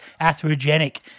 atherogenic